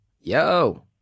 Yo